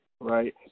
right